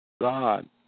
God